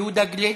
יהודה גליק,